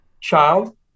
Child